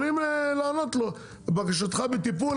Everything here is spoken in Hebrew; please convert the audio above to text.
יכולים לענות לו "בקשתך בטיפול",